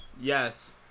Yes